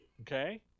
okay